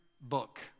book